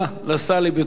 אם כן, רבותי,